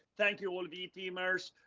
thank you all, v teamers,